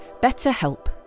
BetterHelp